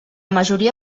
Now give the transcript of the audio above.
majoria